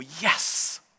yes